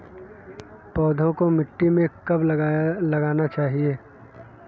पौधों को मिट्टी में कब लगाना चाहिए?